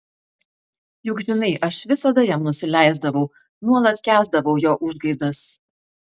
juk žinai aš visada jam nusileisdavau nuolat kęsdavau jo užgaidas